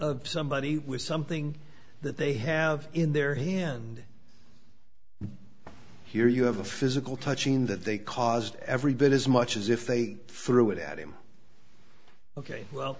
touching somebody with something that they have in their hand here you have a physical touching that they caused every bit as much as if they flew it at him ok well